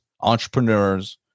entrepreneurs